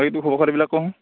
বাকী তোৰ খবৰ খাতিবিলাক ক'চোন